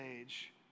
age